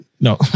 No